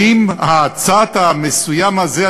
האם הצד המסוים הזה,